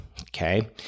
Okay